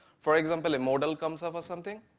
for example a model comes over something,